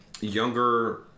younger